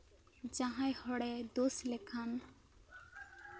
ᱡᱟᱦᱟᱸᱭ ᱦᱚᱲᱮ ᱫᱳᱥ ᱞᱮᱠᱷᱟᱱ